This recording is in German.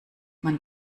man